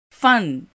fun